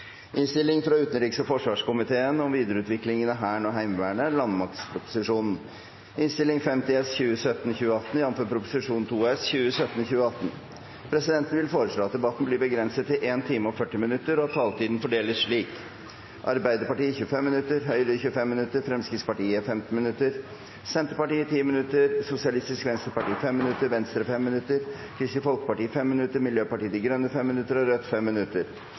blir begrenset til 1 time og 40 minutter, og at taletiden fordeles slik: Arbeiderpartiet 25 minutter, Høyre 25 minutter, Fremskrittspartiet 15 minutter, Senterpartiet 10 minutter, Sosialistisk Venstreparti 5 minutter, Venstre 5 minutter, Kristelig Folkeparti 5 minutter, Miljøpartiet De Grønne 5 minutter og Rødt 5 minutter.